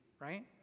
right